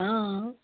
অঁ